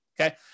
okay